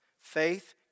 Faith